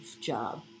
job